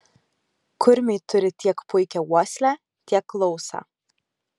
kurmiai turi tiek puikią uoslę tiek klausą